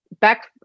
back